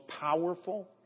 powerful